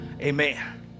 amen